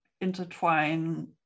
intertwine